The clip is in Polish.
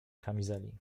kamizeli